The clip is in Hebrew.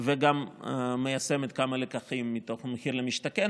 וגם מיישמת כמה לקחים מתוך מחיר למשתכן,